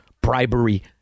bribery